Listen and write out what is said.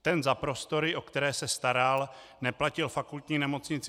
Ten za prostory, o které se staral, neplatil Fakultní nemocnici